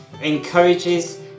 encourages